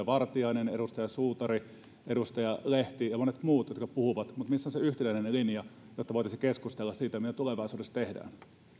vartiainen edustaja suutari edustaja lehti ja monet muut puhuvat mutta missä on se yhteinen linja jotta voitaisiin keskustella siitä mitä tulevaisuudessa tehdään